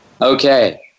Okay